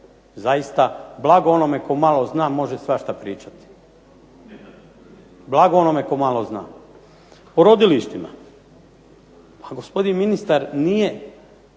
Zaista blago onome tko malo zna može svašta pričati. Blago onome tko malo zna. O rodilištima, pa gospodin ministru nije